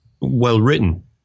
well-written